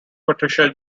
patricia